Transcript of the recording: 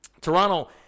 Toronto –